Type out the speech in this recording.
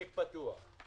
צ'ק פתוח.